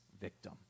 victim